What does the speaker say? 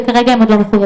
וכרגע הם עוד לא מחוייבים.